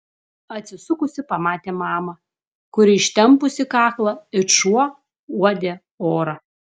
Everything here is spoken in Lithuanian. atsisukusi pamatė mamą kuri ištempusi kaklą it šuo uodė orą